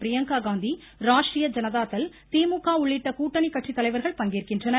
பிரியங்கா காந்தி ராஷ்ட்ரிய ஜனதா தள் திமுக உள்ளிட்ட கூட்டணி கட்சித் தலைவர்கள் பங்கேற்கின்றனர்